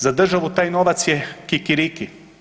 Za državu taj novac je kikiriki.